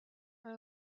are